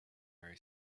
very